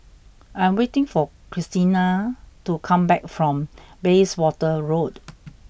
I am waiting for Christina to come back from Bayswater Road